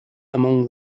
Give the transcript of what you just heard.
among